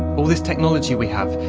all this technology we have,